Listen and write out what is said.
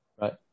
right